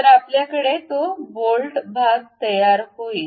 तर आपल्याकडे तो बोल्ट भाग तयार होईल